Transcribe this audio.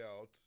out